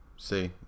See